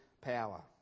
power